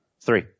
Three